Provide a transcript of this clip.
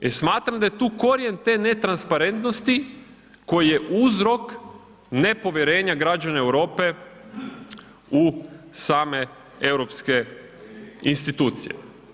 I smatram da je tu korijen te netransparentnosti koji je uzrok nepovjerenja građana Europe u same europske institucije.